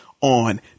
on